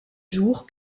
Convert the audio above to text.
jour